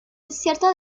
desierto